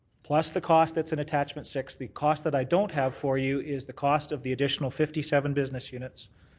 plus the cost that's in attachment six, the cost that i don't have for you is the cost of the additional fifty seven business units,